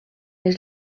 els